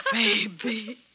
Baby